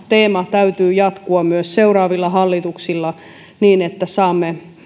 teeman täytyy jatkua myös seuraavilla hallituksilla niin että saamme